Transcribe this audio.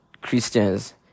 christians